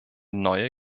neue